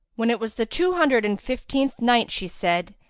when it was the two hundred and fifteenth night, she said,